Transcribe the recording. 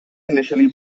initially